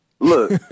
Look